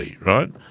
right